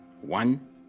one